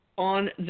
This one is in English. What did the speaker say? on